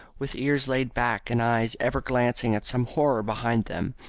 with ears laid back and eyes ever glancing at some horror behind them.